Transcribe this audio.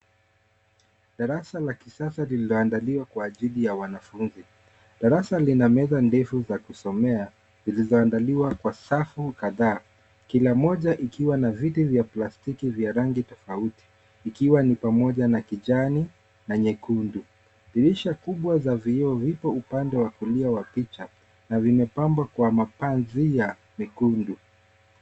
Darasa la kisasa, lililoandaliwa kwa ajili ya wanafunzi. Darasa lina meza ndefu za kusomea zilizoandaliwa kwa safu kadhaa ,kila moja ikiwa na viti vya plastiki vya rangi tofauti, ikiwa ni pamoja na kijani na nyekundu. Dirisha kubwa za vioo vipo upande wa kulia wa picha na vimepambwa kwa mapazia mekundu.